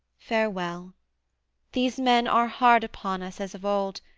farewell these men are hard upon us as of old,